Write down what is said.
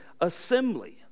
assembly